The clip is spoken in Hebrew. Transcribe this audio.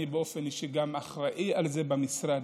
אני באופן אישי גם אחראי לזה במשרד,